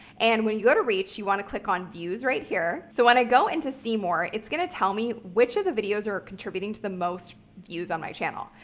and when you go to reach, you want to click on views right here. so when i go into see more, it's going to tell me which of the videos are contributing to the most views on my channel,